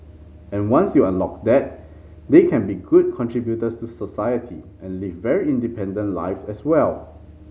and once you unlock that they can be good contributors to society and live very independent lives as well